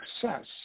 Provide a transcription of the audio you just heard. success